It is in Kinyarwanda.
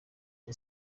the